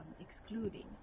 excluding